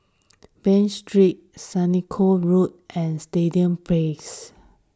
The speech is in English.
Bain Street Senoko Road and Stadium Place